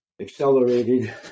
accelerated